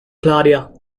claudia